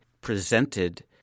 presented